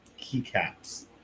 keycaps